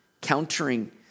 countering